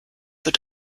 wird